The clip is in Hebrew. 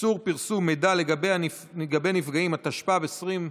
איסור פרסום מידע לגבי נפגעים, התשפ"ב 2022,